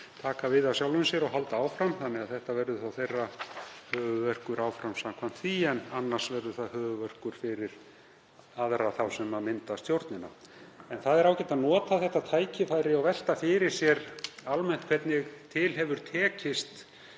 taka við af sjálfum sér og halda áfram, þannig að þetta verður þeirra höfuðverkur áfram samkvæmt því. Annars verður það höfuðverkur fyrir aðra þá sem mynda stjórnina. Það er ágætt að nota þetta tækifæri og velta fyrir sér almennt hvernig til hefur tekist